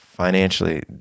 Financially